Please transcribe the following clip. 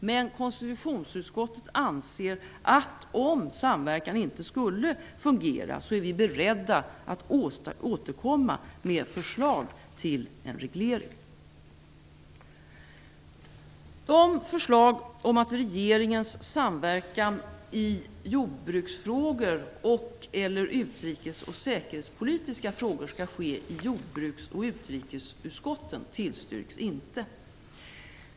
Men om samverkan inte skulle fungera, så är vi i konstitutionsutskottet beredda att återkomma med förslag till en reglering. De förslag om att regeringens samverkan i jordbruksfrågor och/eller utrikes och säkerhetspolitiska frågor skall ske i jordbruks och utrikesutskotten tillstyrks inte.